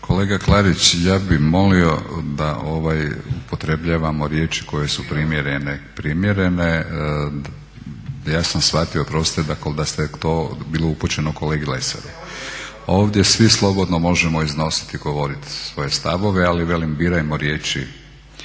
Kolega Klarić, ja bih molio da upotrebljavamo riječi koje su primjerene. Ja sam shvatio oprostite da je to bilo upućeno kolegi Lesaru. … /Upadica se ne razumije./ … Ovdje svi slobodno možemo iznosit i govorit svoje stavove, ali velim birajmo riječi.